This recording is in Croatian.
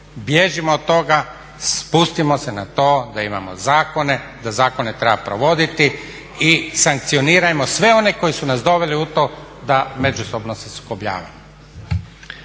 Bježimo od toga, spustimo se na to da imamo zakone, da zakone treba provoditi i sankcionirajmo sve one koji su nas doveli u to da međusobno se sukobljavamo.